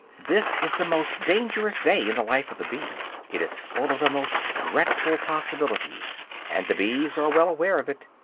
this is the most dangerous day in the life of the bee it is full of the most dreadful possibilities and the bees are well aware of it.